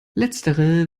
letztere